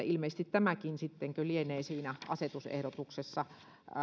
ilmeisesti tämäkin kohta lienee siinä asetusehdotuksessa